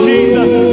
Jesus